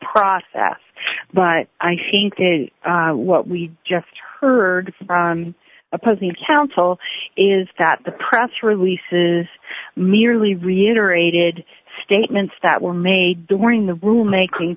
process but i think that what we just heard from opposing counsel is that the press releases merely reiterated statements that were made during the rule making